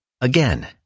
Again